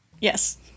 Yes